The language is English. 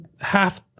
Half